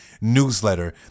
newsletter